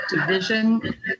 division